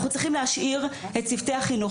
אנחנו צריכים להשאיר את צוותי החינוך